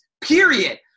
period